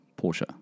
Porsche